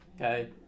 okay